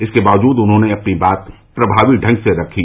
इसके बावजूद उन्होंने अपनी बात प्रमावी ढंग से रखी